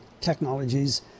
technologies